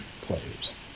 players